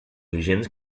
vigents